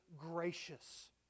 gracious